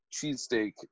cheesesteak